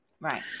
Right